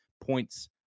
points